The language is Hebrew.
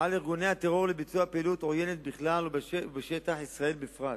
על ארגוני הטרור לביצוע פעילות עוינת בכלל ובשטח ישראל בפרט.